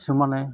কিছুমানে